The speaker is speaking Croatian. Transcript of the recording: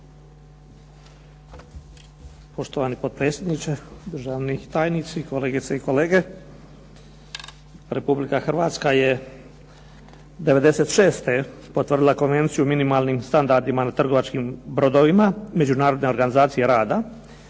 Poštovani potpredsjedniče, državni tajnici, kolegice i kolege. Republika Hrvatska je '96. potvrdila Konvenciju o minimalnim standardima na trgovačkim brodovima Međunarodne organizacije rada